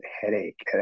headache